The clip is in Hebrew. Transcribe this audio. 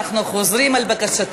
אין צורך ברישיון,